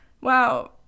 Wow